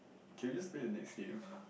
can we just play the next game